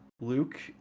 Luke